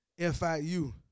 FIU